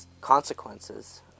consequences